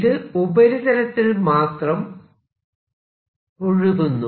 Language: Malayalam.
ഇത് ഉപരിതലത്തിൽ മാത്രം ഒഴുകുന്നു